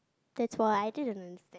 that's why I didn't under~